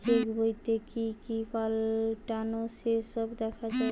check বইতে কি কি পাল্টালো সে সব দেখা যায়